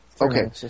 Okay